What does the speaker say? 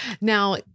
Now